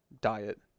diet